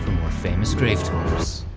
more famous grave tours.